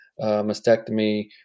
mastectomy